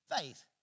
Faith